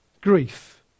Grief